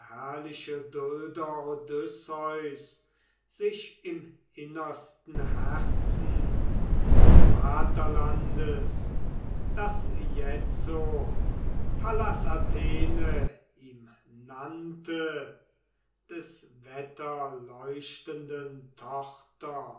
sich im innersten herzen des vaterlandes das jetzo pallas athene ihm nannte des wetterleuchtenden